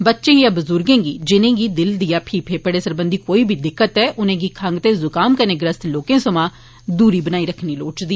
बच्चें या ब्ज्र्गे गी जिने गी दिल या फीह फेफडे सरबंधी कोई दिक्कत ऐ एनेंगी खंग ते ज्काम कन्नै ग्रस्त लोकें सोयां दूरी बनाई रक्खनी लोढ़चदी